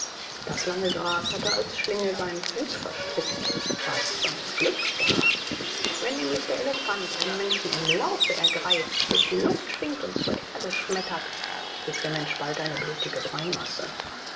das lange gras hatte als schlinge seinen fuß verstrickt was sein glück war wenn nämlich der elefant einen menschen im laufe ergreift durch die luft schwingt und zur erde schmettert so ist der mensch bald eine blutige